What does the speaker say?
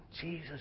Jesus